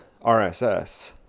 RSS